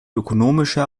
ökonomische